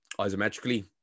isometrically